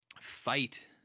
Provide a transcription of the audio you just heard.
fight